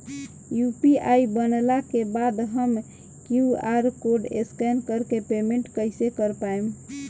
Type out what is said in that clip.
UPI बनला के बाद हम क्यू.आर कोड स्कैन कर के पेमेंट कइसे कर पाएम?